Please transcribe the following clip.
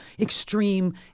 extreme